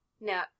No